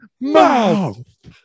mouth